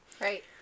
Right